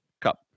Cup